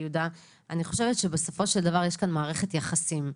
אני חושבת שבסופו של דבר יש כאן מערכת יחסים,